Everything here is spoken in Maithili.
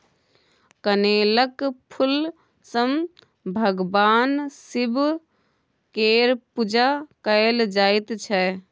कनेलक फुल सँ भगबान शिब केर पुजा कएल जाइत छै